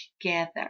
together